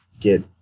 get